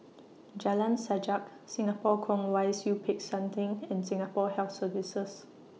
Jalan Sajak Singapore Kwong Wai Siew Peck San Theng and Singapore Health Services